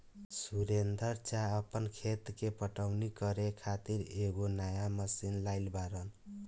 सुरेंदर चा आपन खेत के पटवनी करे खातिर एगो नया मशीन लाइल बाड़न